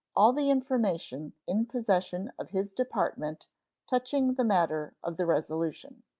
all the information in possession of his department touching the matter of the resolution.